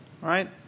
right